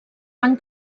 van